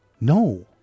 No